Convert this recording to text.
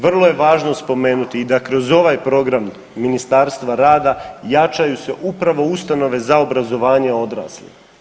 Vrlo je važno spomenuti i da kroz ovaj program Ministarstva rada jačaju se upravo ustanove za obrazovanje odraslih.